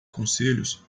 conselhos